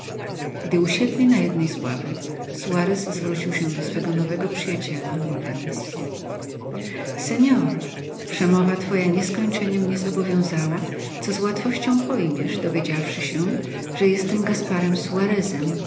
gdy usiedli na jednej z ławek suarez zwrócił się do swego nowego przyjaciela mówiąc senor przemowa twoja nieskończenie mnie zobowiązała co z łatwością pojmiesz dowiedziawszy się ze jestem gasparem suarezem